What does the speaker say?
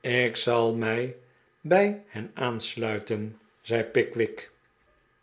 ik zal mij bij hen aansluiten zei pickwick